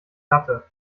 latte